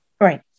Right